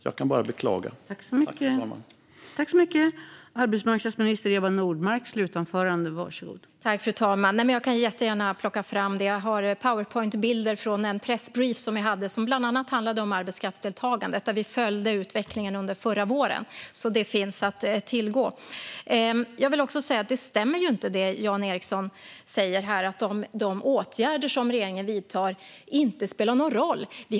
Jag kan bara beklaga det.